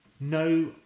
no